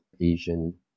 asian